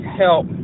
help